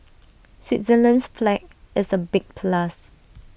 Switzerland's flag is A big plus